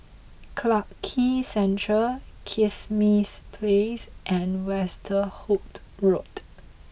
Clarke Quay Central Kismis Place and Westerhout Road